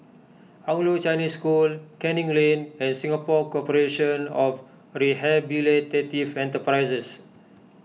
Anglo Chinese School Canning Lane and Singapore Corporation of Rehabilitative Enterprises